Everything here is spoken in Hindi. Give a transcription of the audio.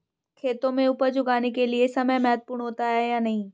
खेतों में उपज उगाने के लिये समय महत्वपूर्ण होता है या नहीं?